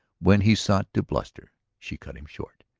when he sought to bluster, she cut him short.